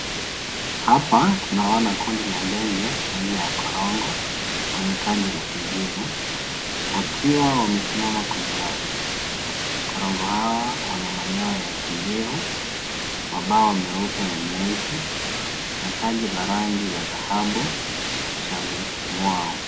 Hapa tunaona kundi la ndege aina ya korongo wenye taji la kijivu wakiwa wamesimama kwenye ardhi. Korongo hawa wana manyoya ya kijivu, mabawa meupe na nyeusi, na taji la rangi ya dhahabu kichwani, mwao.